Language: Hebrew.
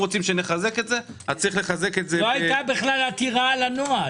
לא היתה בכלל עתירה על הנוהל.